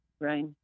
Right